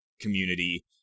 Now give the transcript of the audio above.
community